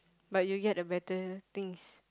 but you'll get a better things